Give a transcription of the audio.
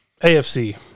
AFC